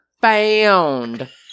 found